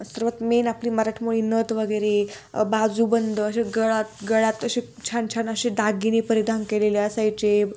सर्वात मेन आपली मराठमोळी नथ वगैरे बाजूबंद असे गळात गळ्यात असे छान छान असे दागिने परिधान केलेले असायचे